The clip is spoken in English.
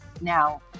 Now